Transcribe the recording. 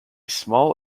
small